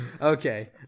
okay